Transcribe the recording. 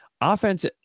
offense